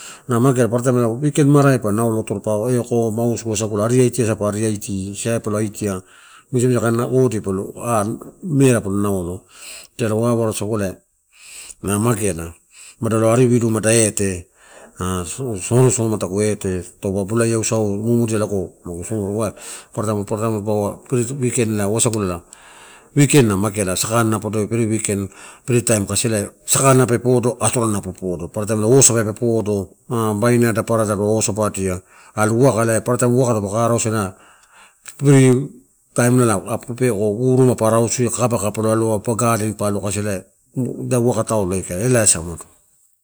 Na magea paparataim weekend marai ai pa naulo, atoro pa eko, mausu asa, ariatisa pa ariati se palo atia, misa misakain ode palo ah meraa palo naulo. Ela wawareosagu na mageala, mada lo ari vilu mada ete, ah sori soma tagu ete taupe bolaiasu mamudia agu sori aiba paparataim, paparataim paua weekend wasagula weekend na mageala sakana podoi. Free weekend freetime kasi elai sakan epa podo, atoran pe poda paparataim osapa pe podo ma baina papara dapa osapadia. Aru uwaka ela paparataim uwaka taupe aka arausia freetime nulau pa arausia kakabaka polo arausia, gaden pa alo kasi ela ida uwaka taulo ela aikala, elaiasa uwado.